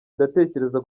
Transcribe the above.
ndatekereza